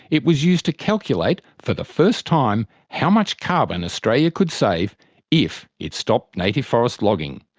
it was used to calculate for the first time how much carbon australia could save if it stopped native forest logging.